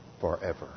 forever